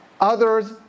Others